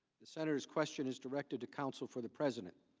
the senator's question is directed to counsel for the president.